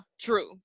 true